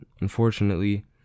unfortunately